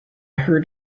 heard